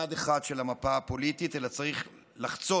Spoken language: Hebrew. לצד אחד של המפה הפוליטית, אלא צריך לחצות